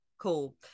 cool